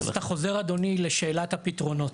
אז אתה חוזר אדוני לשאלת הפתרונות,